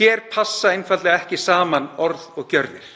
Hér passa einfaldlega ekki saman orð og gjörðir.